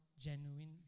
Genuine